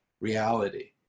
reality